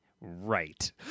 right